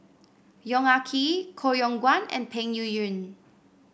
Yong Ah Kee Koh Yong Guan and Peng Yuyun